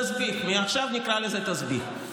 תסביך, מעכשיו נקרא לזה "תסביך".